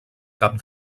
cap